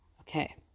Okay